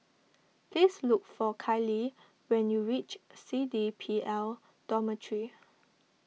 please look for Kailee when you reach C D P L Dormitory